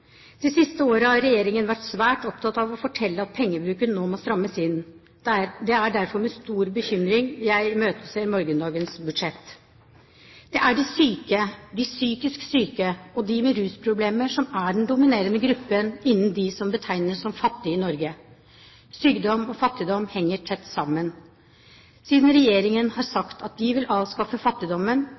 siste året har regjeringen vært svært opptatt av å fortelle at pengebruken nå må strammes inn. Det er derfor med stor bekymring jeg imøteser morgendagens budsjett. Det er de syke, de psykisk syke og de med rusproblemer som utgjør den dominerende gruppen av dem som betegnes som fattige i Norge. Sykdom og fattigdom henger tett sammen. Siden regjeringen har sagt at den vil avskaffe fattigdommen,